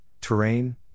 terrain